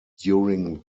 during